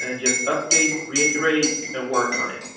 and just update, reiterate and work on it.